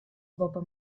boppe